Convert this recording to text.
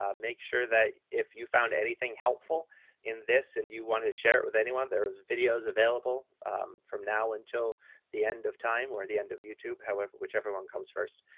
um make sure that if you found anything helpful in this, and you want to share it with anyone, there is videos available from now until the end of time or the end of youtube, whichever one comes first.